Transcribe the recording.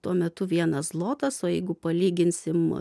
tuo metu vienas zlotas o jeigu palyginsim